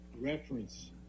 reference